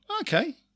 Okay